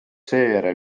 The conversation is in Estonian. seejärel